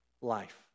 life